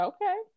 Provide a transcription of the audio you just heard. Okay